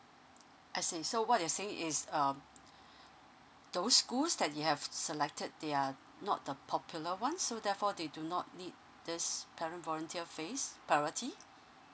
I see so what you say is um those schools that you have selected they are not the popular ones so therefore they do not need this parent volunteer phase priority